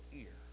ear